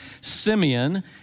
Simeon